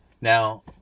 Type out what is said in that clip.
Now